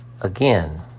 Again